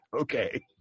okay